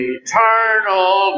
eternal